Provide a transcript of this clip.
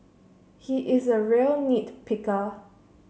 he is a real nit picker